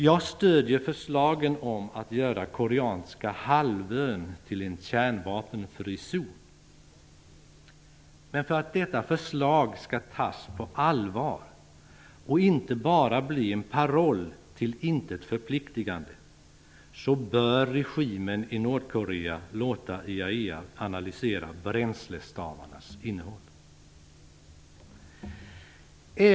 Jag stödjer förslagen om att göra koreanska halvön till en kärnvapenfri zon. För att detta förslag skall tas på allvar och inte bara bli en till intet förpliktigande paroll bör regimen i Nordkorea låta IAEA analysera bränslestavarnas innehåll.